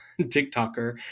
TikToker